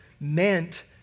meant